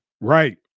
right